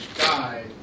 died